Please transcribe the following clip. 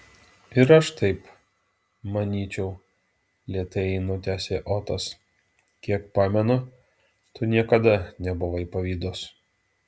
ir aš taip manyčiau lėtai nutęsė otas kiek pamenu tu niekada nebuvai pavydus